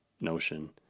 notion